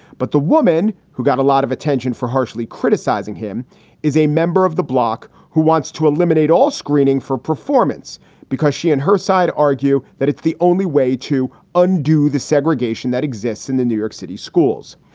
but the woman who got a lot of attention for harshly criticizing him is a member of the block who wants to eliminate all screening for performance because she and her side argue that it's the only way to undo the segregation that exists in the new york city schools.